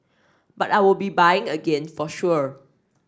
but I'll be buying again for sure